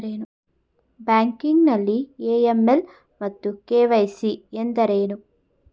Banking ನಲ್ಲಿ AML ಮತ್ತು KYC ಎಂದರೇನು?